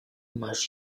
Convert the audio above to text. masz